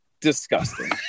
Disgusting